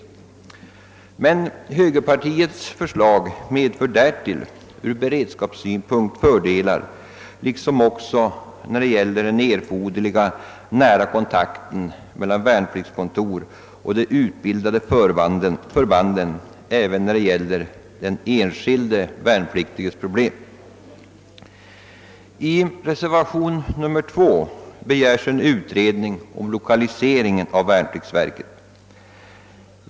Men högerpartiets förslag medför dessutom fördelar ur beredskapssynpunkt och när det gäller den erforderliga och nära kontakten mellan värnpliktskontoren och de utbildade förbanden samt även då fråga är om den enskilde värnpliktiges problem. I reservationen 2 begäres en utredning om lokaliseringen av värnpliktsverket.